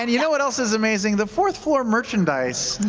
and you know what else is amazing, the fourth floor merchandise,